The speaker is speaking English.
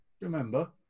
remember